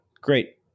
Great